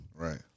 Right